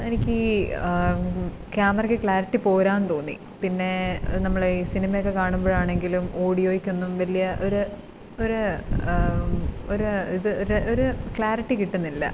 എനിക്ക് ക്യാമറക്ക് ക്ലാരിറ്റി പോരാന്ന് തോന്നി പിന്നെ നമ്മളീ സിനിമയൊക്കെ കാണുമ്പഴാണങ്കിലും ഓഡിയോയ്ക്കൊന്നും വലിയ ഒര് ഒര് ഒര് ഇത് ഒര് ഒരു ക്ലാരിറ്റി കിട്ടുന്നില്ല